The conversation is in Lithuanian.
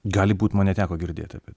gali būt man neteko girdėti apie